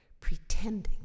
pretending